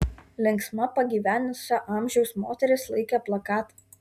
linksma pagyvenusio amžiaus moteris laikė plakatą